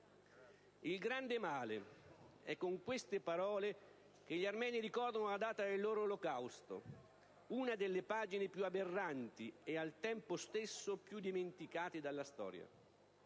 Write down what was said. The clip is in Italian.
«Il grande male»: è con queste parole che gli armeni ricordano la data del loro olocausto, una delle pagine più aberranti e, al tempo stesso, più dimenticate della storia.